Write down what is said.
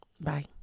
bye